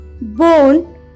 bone